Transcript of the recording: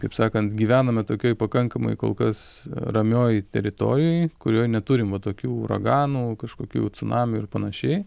kaip sakant gyvename tokioje pakankamai kol kas ramioj teritorijoj kurioj neturim va tokių uraganų kažkokių cunamių ir panašiai